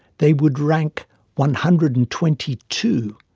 they would rank one hundred and twenty two.